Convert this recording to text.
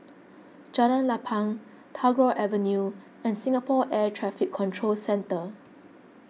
Jalan Lapang Tagore Avenue and Singapore Air Traffic Control Centre